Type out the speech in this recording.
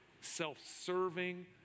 self-serving